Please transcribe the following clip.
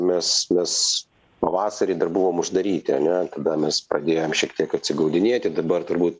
mes mes pavasarį dar buvom uždaryti ane tada mes pradėjom šiek tiek atsigaudinėti dabar turbūt